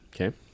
Okay